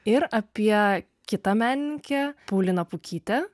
ir apie kitą menininkę pauliną pukytę